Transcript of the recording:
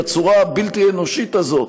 בצורה הבלתי-אנושית הזאת,